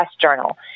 Journal